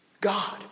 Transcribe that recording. god